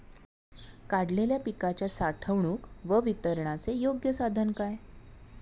काढलेल्या पिकाच्या साठवणूक व वितरणाचे योग्य साधन काय?